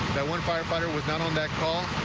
that one firefighter was not on that call.